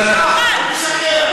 הוא משקר.